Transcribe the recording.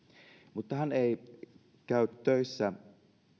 mutta hän ei käy töissä